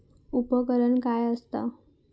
उपकरण काय असता?